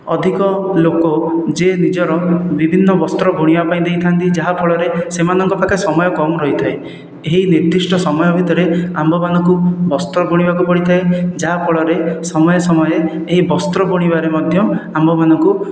ଅଧିକ ଲୋକ ଯିଏ ନିଜର ବିଭିନ୍ନ ବସ୍ତ୍ର ବୁଣିବା ପାଇଁ ଦେଇଥାନ୍ତି ଯାହାଫଳରେ ସେମାନଙ୍କ ପାଖରେ ସମୟ କମ ରହିଥାଏ ଏହି ନିର୍ଦ୍ଧିଷ୍ଟ ସମୟ ଭିତରେ ଆମ୍ଭମାନଙ୍କୁ ବସ୍ତ୍ର ବୁଣିବାକୁ ପଡ଼ିଥାଏ ଯାହା ଫଳରେ ସମୟେ ସମୟେ ଏହି ବସ୍ତ୍ର ବୁଣିବାରେ ମଧ୍ୟ ଆମ୍ଭମାନଙ୍କୁ